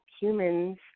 humans